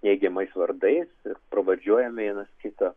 neigiamais vardais ir pravardžiuojame vienas kitą